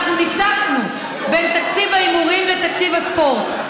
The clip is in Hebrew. ניתקנו את ההימורים מתקציב הספורט.